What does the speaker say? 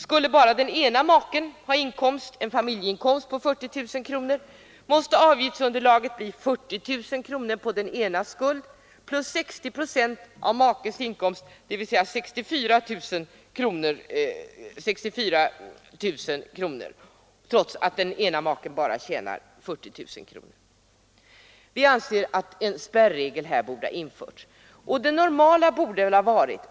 Skulle bara den ena maken ha inkomst — säg en inkomst på 40 000 kronor — blir avgiftsunderlagen 40 000 kronor plus 60 procent av makens inkomst, dvs. 64 000 kronor — detta alltså trots att familjeinkomsten bara uppgår till 40 000 kronor. Vi anser att en spärregel borde ha införts.